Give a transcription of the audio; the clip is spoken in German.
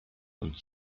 und